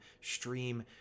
stream